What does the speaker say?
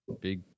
big